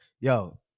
Yo